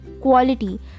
quality